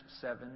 seven